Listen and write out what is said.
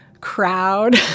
crowd